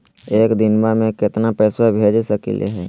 एक दिनवा मे केतना पैसवा भेज सकली हे?